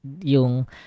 yung